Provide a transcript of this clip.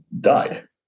died